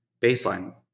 baseline